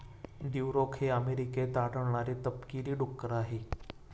Duroc हे अमेरिकेत आढळणारे तपकिरी डुक्कर आहे